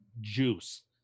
juice